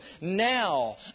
now